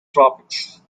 tropics